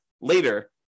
later